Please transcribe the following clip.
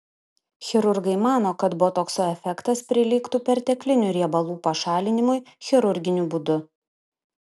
chirurgai mano kad botokso efektas prilygtų perteklinių riebalų pašalinimui chirurginiu būdu